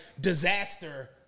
Disaster